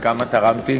כמה תרמתי?